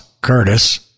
Curtis